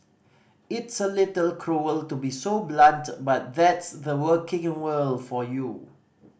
it's a little cruel to be so blunt but that's the working world for you